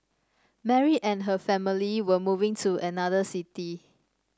Mary and her family were moving to another city